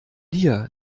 dir